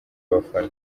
abafana